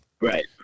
Right